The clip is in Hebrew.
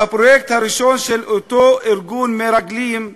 שהפרויקט הראשון של אותו ארגון מרגלים,